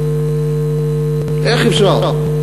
איך אפשר?